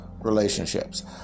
relationships